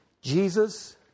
Jesus